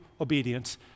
obedience